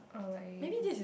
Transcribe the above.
alright